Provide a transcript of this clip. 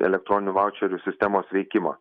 elektroninių vaučerių sistemos veikimą